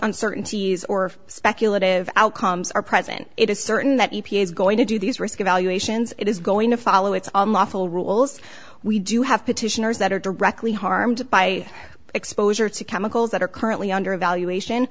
uncertainties or speculative outcomes are present it is certain that he is going to do these risk evaluations it is going to follow its on lawful rules we do have petitioners that are directly harmed by exposure to chemicals that are currently under evaluation